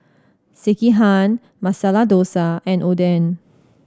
Sekihan Masala Dosa and Oden